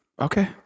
Okay